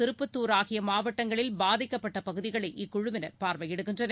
திருப்பத்துர் ஆகியமாவட்டங்களில் பாதிக்கப்பட்டபகுதிகளை இக்குழுவினர் பார்வையிடுகின்றனர்